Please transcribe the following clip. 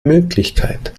möglichkeit